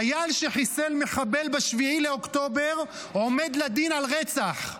חייל שחיסל מחבל ב-7 באוקטובר עומד לדין על רצח.